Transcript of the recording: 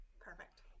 Perfect